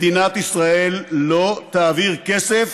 מדינת ישראל לא תעביר כסף